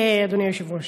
אדוני היושב-ראש.